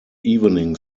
evening